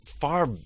far